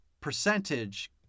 percentage